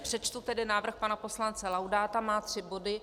Přečtu návrh pana poslance Laudáta, má tři body.